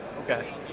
Okay